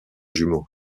jumeaux